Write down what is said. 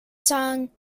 song